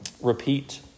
repeat